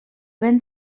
vent